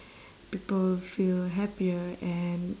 people feel happier and